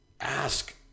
Ask